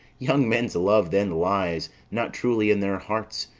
young men's love then lies not truly in their hearts,